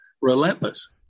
relentless